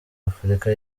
afurika